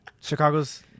Chicago's